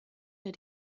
der